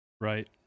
right